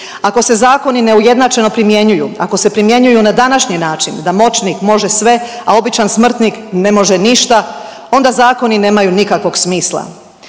Ako se zakoni neujednačeno primjenjuju, ako se primjenjuju na današnji način da moćnik može sve, a običan smrtnik ne može ništa onda zakoni nemaju nikakvog smisla.